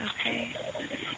okay